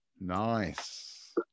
Nice